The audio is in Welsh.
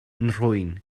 nhrwyn